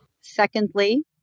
Secondly